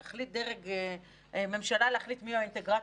ויחליט דרג ממשלה להחליט מיהו האינטגרטור,